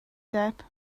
depp